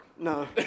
No